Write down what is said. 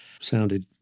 sounded